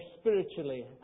spiritually